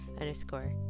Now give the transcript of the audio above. underscore